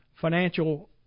financial